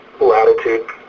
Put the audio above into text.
latitude